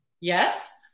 yes